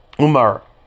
umar